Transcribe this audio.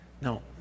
No